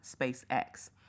SpaceX